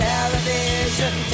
Television